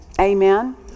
Amen